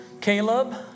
Caleb